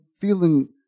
feeling